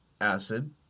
acid